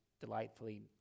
delightfully